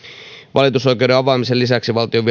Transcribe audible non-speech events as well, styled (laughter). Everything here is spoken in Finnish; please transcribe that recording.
valitusoikeuden avaamisen lisäksi valtion (unintelligible)